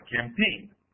campaign